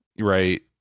right